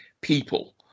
people